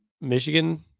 Michigan